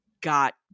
got